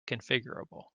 configurable